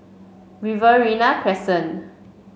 Riverina Crescent